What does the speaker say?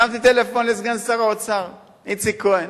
הרמתי טלפון לסגן שר האוצר איציק כהן.